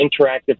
interactive